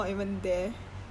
it is